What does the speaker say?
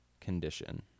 condition